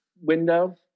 window